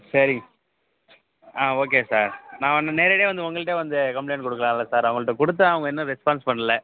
சரிங்க ஆ okay sir நான் வந்து நேரடியாக வந்து உங்கள்ட்டே வந்து கம்ப்ளைன்ட் கொடுக்கலாம்ல சார் அவுங்கள்ட்ட கொடுத்தேன் அவங்க இன்னும் ரெஸ்பான்ஸ் பண்ணல